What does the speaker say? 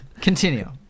continue